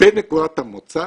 בנקודת המוצא,